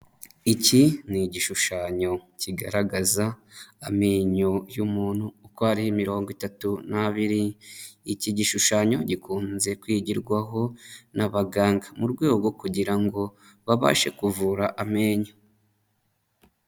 Iki ni igishushanyo kigaragaza amenyo y'umuntu uko ari mirongo itatu n'abiri, iki gishushanyo gikunze kwigirwaho n'abaganga mu rwego rwo kugira ngo babashe kuvura amenyo.